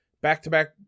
back-to-back